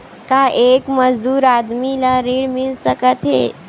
का एक मजदूर आदमी ल ऋण मिल सकथे?